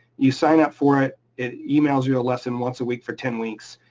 you sign up for it, it emails you a lesson once a week for ten weeks.